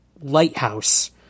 lighthouse